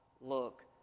look